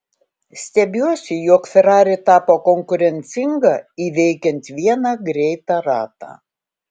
stebiuosi jog ferrari tapo konkurencinga įveikiant vieną greitą ratą